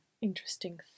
interesting